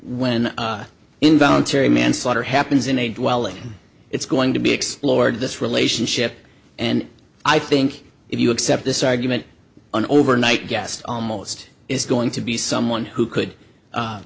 then when involuntary manslaughter happens in a dwelling it's going to be explored this relationship and i think if you accept this argument an overnight guest almost is going to be someone who could